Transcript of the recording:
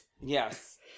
Yes